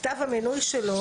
כתב המינוי שלו